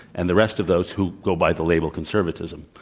and the rest of those who go by the label conservatism.